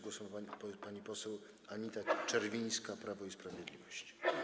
Głos ma pani poseł Anita Czerwińska, Prawo i Sprawiedliwość.